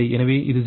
எனவே இது 0